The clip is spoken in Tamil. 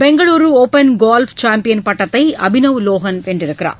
பெங்களுரு ஒபன் கோல்ஃப் சாம்பியன் பட்டத்தை அபினவ் லோஹன் வென்றுள்ளார்